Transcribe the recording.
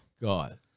God